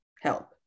help